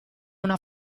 una